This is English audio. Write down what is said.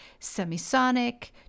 Semisonic